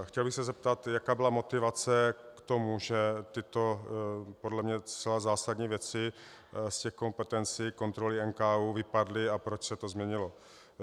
Chtěl bych se zeptat, jaká byla motivace k tomu, že tyto podle mě zcela zásadní věci z kompetencí kontroly NKÚ vypadly, a proč se to změnilo.